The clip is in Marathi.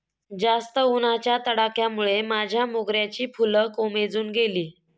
जास्त उन्हाच्या तडाख्यामुळे माझ्या मोगऱ्याची फुलं कोमेजून गेली